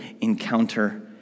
encounter